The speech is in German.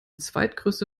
zweitgrößte